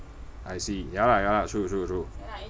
I see ya lah ya lah true true true